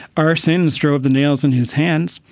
our sins drove the nails in his hands.